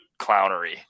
clownery